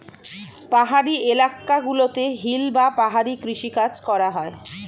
পাহাড়ি এলাকা গুলোতে হিল বা পাহাড়ি কৃষি কাজ করা হয়